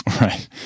Right